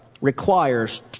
requires